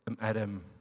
Adam